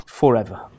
forever